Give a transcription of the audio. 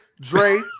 Dre